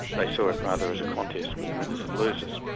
they saw it rather as a contest with winners and losers.